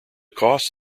costs